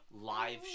live